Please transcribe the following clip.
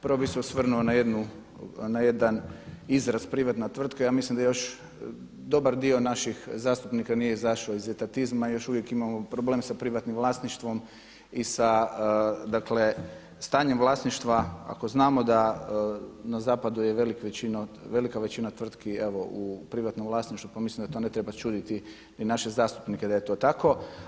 Prvo bih se osvrnuo na jedan izraz privatna tvrtka, ja mislim da još dobar dio naših zastupnika nije izašao iz etatizma, još uvijek imamo problem sa privatnim vlasništvom i sa stanjem vlasništva, ako znamo da na zapadu je velika većina tvrtki u privatnom vlasništvu pa mislim da to ne treba čuditi i naše zastupnike da je to tako.